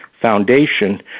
foundation